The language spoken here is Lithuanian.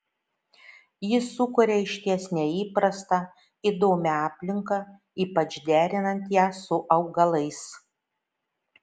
ji sukuria išties neįprastą įdomią aplinką ypač derinant ją su augalais